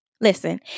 Listen